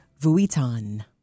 Vuitton